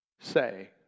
say